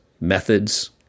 methods